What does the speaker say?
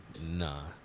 Nah